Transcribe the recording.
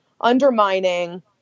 Undermining